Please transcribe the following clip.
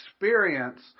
experience